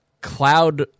cloud